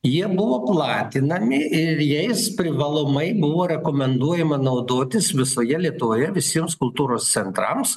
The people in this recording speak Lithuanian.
jie buvo platinami ir jais privalomai buvo rekomenduojama naudotis visoje lietuvoje visiems kultūros centrams